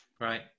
Right